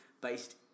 based